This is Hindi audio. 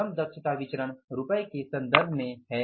श्रम दक्षता विचरण रुपये के संदर्भ में है